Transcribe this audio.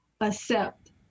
accept